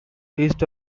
east